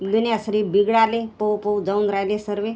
दुनिया सारी बिघडाले पळू पळून जाऊन राहिले सर्व